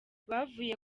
bavuye